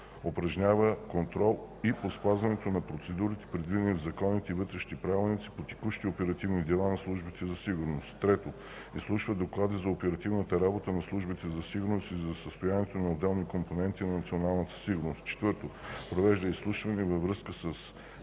2. упражнява контрол и по спазването на процедурите, предвидени в законите и вътрешните правилници по текущи оперативни дела на службите за сигурност; 3. изслушва доклади за оперативната работа на службите за сигурност и за състоянието на отделни компоненти на националната сигурност; 4. провежда изслушвания във връзка с